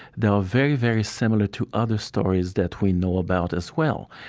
they are very, very similar to other stories that we know about as well.